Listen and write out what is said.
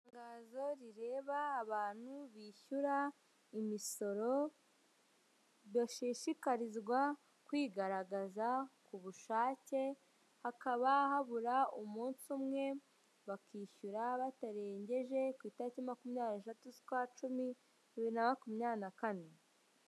Itangazo rireba abantu bishyura imisoro, bashishikarizwa kwigaragaza ku bushake, hakaba habura umunsi umwe bakishyura batarengeje ku itariki makumyabiri n'eshatu z'ukwa cumi bibiri na makumyabiri na kane.